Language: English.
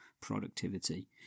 productivity